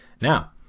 Now